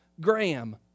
Graham